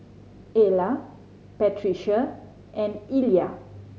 Ayla Patricia and Illya